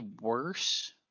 worse